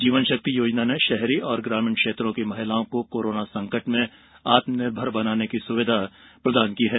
जीवन शक्ति योजना ने शहरी और ग्रामीण क्षेत्रों की महिलाओं को कोरोना संकट में आत्मनिर्भर बनने की सुविधा प्रदान की है